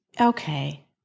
Okay